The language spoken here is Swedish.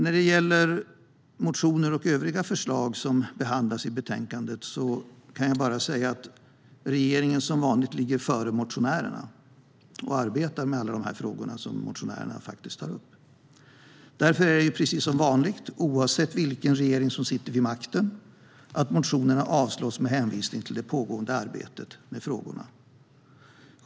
När det gäller motioner och övriga förslag som behandlas i betänkandet kan jag bara säga att regeringen som vanligt ligger före motionärerna och arbetar med alla de frågor som motionärerna tar upp. Därför är det som vanligt så, oavsett vilken regering som sitter vid makten, att motionerna avstyrks med hänvisning till det pågående arbetet med frågorna.